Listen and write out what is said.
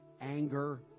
anger